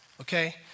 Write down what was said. okay